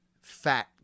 fat